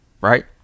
Right